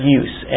use